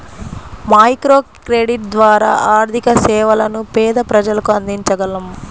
microcredit ద్వారా ఆర్థిక సేవలను పేద ప్రజలకు అందించగలం